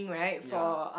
ya